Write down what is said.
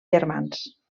germans